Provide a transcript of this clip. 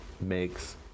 makes